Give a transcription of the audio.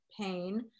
pain